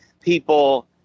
people